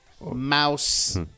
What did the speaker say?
mouse